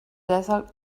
desert